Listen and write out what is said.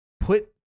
put